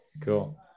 cool